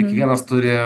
kiekvienas turi